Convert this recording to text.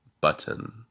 button